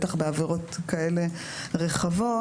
בטח בעבירות כאלה רחבות.